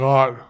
God